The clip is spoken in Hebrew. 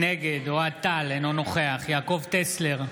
נגד אוהד טל, אינו נוכח יעקב טסלר,